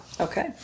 Okay